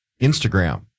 Instagram